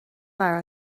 leabhar